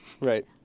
Right